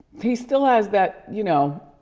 he still has that, you know,